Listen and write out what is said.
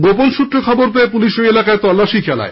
গোপন সূত্রে খবর পেয়ে পুলিশ ওই এলাকায় তল্লাশি চালায়